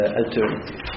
alternative